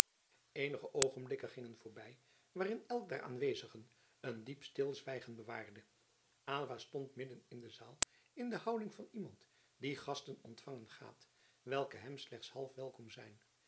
eenige oogenblikken gingen voorbij waarin elk der aanwezigen een diep stilzwijgen bewaarde aylva stond midden in de zaal in de houding van iemand die gasten ontvangen gaat welke hem slechts half welkom zijn